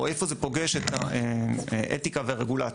או איפה זה פוגש את האתיקה והרגולציה,